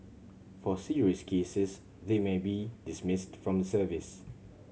for serious cases they may be dismissed from the service